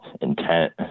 intent